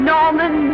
Norman